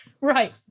right